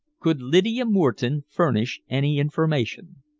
could lydia moreton furnish any information?